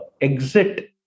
exit